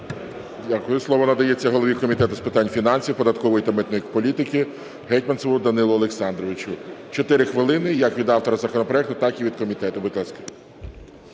Дякую. Слово надається голові Комітету з питань фінансів, податкової та митної політики Гетманцеву Данилу Олександровичу. 4 хвилини як від автора законопроекту, так і від комітету.